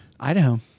Idaho